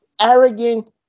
arrogant